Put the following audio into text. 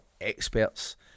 experts